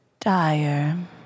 Dire